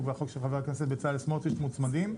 והחוק של חבר הכנסת בצלאל סמוטריץ' מוצמדים.